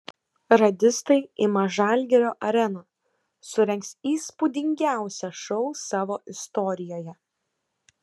radistai ima žalgirio areną surengs įspūdingiausią šou savo istorijoje